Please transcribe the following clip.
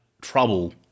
trouble